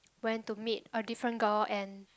went to meet a different girl and